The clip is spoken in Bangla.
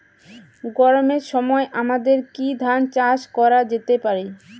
গরমের সময় আমাদের কি ধান চাষ করা যেতে পারি?